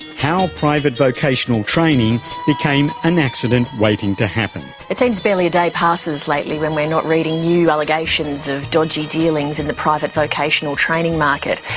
how private vocational training became an accident waiting to happen. it seems barely a day passes lately when we're not reading new allegations of dodgy dealings in the private vocational training market.